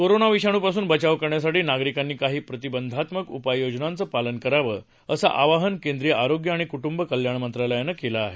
corona विषाणूपासून बचाव करण्यासाठी नागरिकांनी काही प्रतिबंधात्मक उपाययोजनांचं पालन करावं असं आवाहन केंद्रीय आरोग्य आणि कुटुंब कल्याण मंत्रालयानं केलं आहे